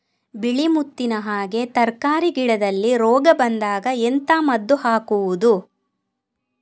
ಬಿಳಿ ಮುತ್ತಿನ ಹಾಗೆ ತರ್ಕಾರಿ ಗಿಡದಲ್ಲಿ ರೋಗ ಬಂದಾಗ ಎಂತ ಮದ್ದು ಹಾಕುವುದು?